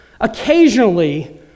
occasionally